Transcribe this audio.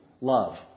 Love